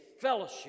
fellowship